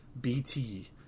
BT